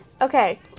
okay